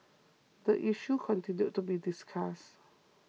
the issue continued to be discussed